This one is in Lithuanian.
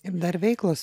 ir dar veiklos